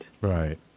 Right